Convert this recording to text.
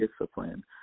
discipline